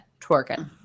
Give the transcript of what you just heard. twerking